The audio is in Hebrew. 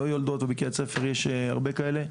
לא יולדות ובקריית ספר יש הרבה כאלה.